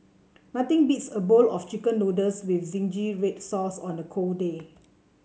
nothing beats a bowl of chicken noodles with zingy red sauce on a cold day